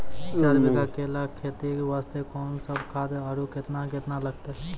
चार बीघा केला खेती वास्ते कोंन सब खाद आरु केतना केतना लगतै?